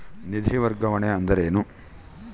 ನಿಧಿ ವರ್ಗಾವಣೆ ಅಂದರೆ ಏನು?